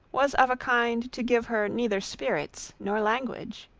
was of a kind to give her neither spirits nor language.